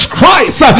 Christ